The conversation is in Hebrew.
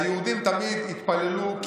היהודים תמיד התפללו,